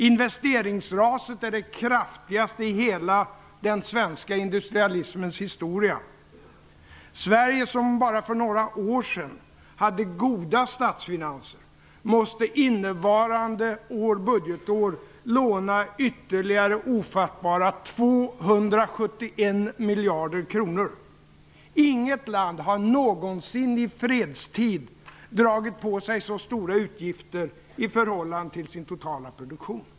Sverige som för bara några år sedan hade goda statsfinanser måste innevarande budgetår låna ytterligare ofattbara 271 miljarder kronor. Inget land har någonsin i fredstid dragit på sig så stora utgifter i förhållande till sin totala produktion.